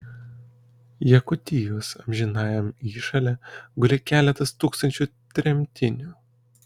jakutijos amžinajam įšale guli keletas tūkstančių tremtinių